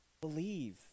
Believe